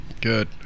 Good